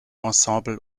ensemble